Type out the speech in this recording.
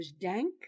dank